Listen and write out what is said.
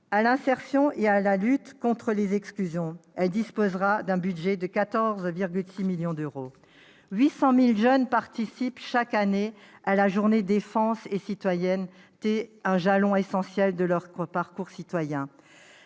à l'insertion et à la lutte contre les exclusions. Elle disposera d'un budget de 14,6 millions d'euros. Chaque année, 800 000 jeunes participent à la journée défense et citoyenneté, ou JDC, un jalon essentiel de leur parcours citoyen.